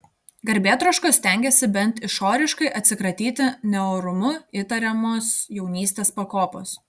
garbėtroškos stengėsi bent išoriškai atsikratyti neorumu įtariamos jaunystės pakopos